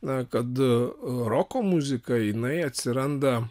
na kad roko muzika jinai atsiranda